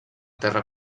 terra